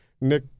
Nick